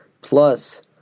plus